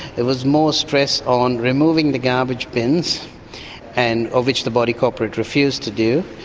it was more stress on removing the garbage bins and of which the body corporate refused to do,